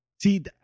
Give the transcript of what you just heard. see